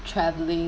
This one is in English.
travelling